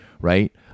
right